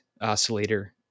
oscillator